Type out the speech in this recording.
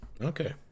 Okay